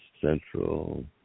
Central